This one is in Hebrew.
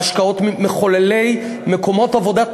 בהשקעות מחוללות מקומות עבודה טובים.